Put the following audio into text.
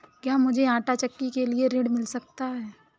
क्या मूझे आंटा चक्की के लिए ऋण मिल सकता है?